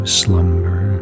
slumber